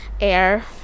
air